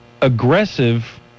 aggressive